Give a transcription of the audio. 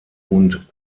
und